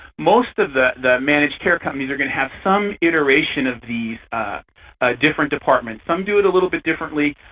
most of the the managed care companies are going to have some iteration of these different departments. some do it a little bit differently.